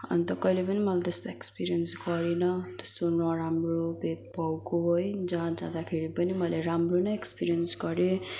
अन्त कहिले पनि मैले त्यस्तो एक्सपिरियन्स गरिनँ त्यस्तो नराम्रो भेदभावको है जहाँ जाँदाखेरि पनि मैले राम्रो नै एक्सपिरियन्स गरेँ